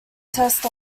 test